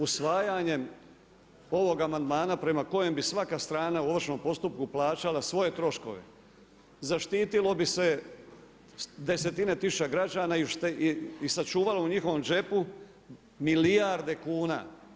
Usvajanjem ovog amandmana prema kojem bi svaka strana u Ovršnom postupku plaćala svoje troškove zaštitilo bi se desetine tisuća građana i sačuvalo u njihovom džepu milijarde kuna.